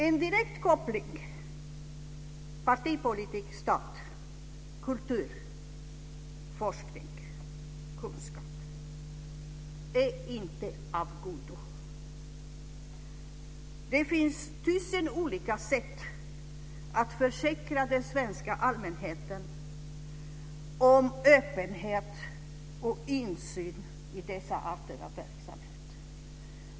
En direkt koppling mellan partipolitik, stat, kultur, forskning och kunskap är inte av godo. Det finns tusen olika sätt att försäkra den svenska allmänheten om öppenhet och insyn i dessa arter av verksamhet.